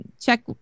check